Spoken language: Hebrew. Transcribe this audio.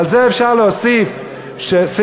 על זה אפשר להוסיף סעיף,